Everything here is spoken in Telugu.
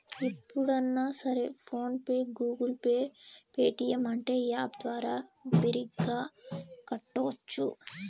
ఎప్పుడన్నా సరే PhonePe Google Pay Paytm అంటే యాప్ ద్వారా బిరిగ్గా కట్టోచ్చు